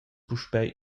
puspei